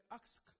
ask